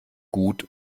gut